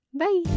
Bye